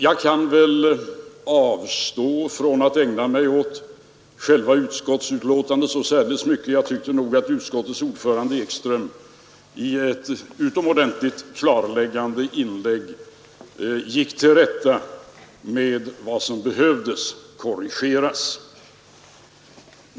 Jag kan väl avstå från att ägna mig särdeles mycket åt själva utskottsbetänkandet. Jag tyckte nog att utskottets ordförande, herr Ekström i ett utomordentligt klarläggande inlägg gick till rätta med vad som behövde korrigeras.